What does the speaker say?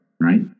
right